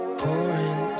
pouring